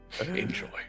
enjoy